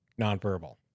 nonverbal